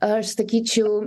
aš sakyčiau